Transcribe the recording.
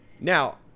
Now